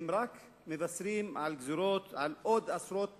הם רק מבשרים על גזירות, על עוד עשרות